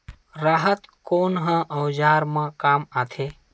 राहत कोन ह औजार मा काम आथे?